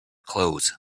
clothes